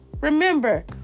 Remember